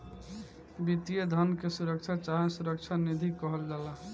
वित्तीय धन के सुरक्षा चाहे सुरक्षा निधि कहल जाला